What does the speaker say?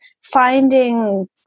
finding